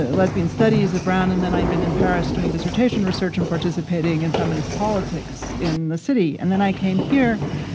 lesbian studies at brown. and then i'd been in paris doing dissertation research and participating in feminist politics in the city. and then i came here.